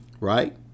Right